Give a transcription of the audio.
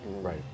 right